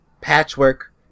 patchwork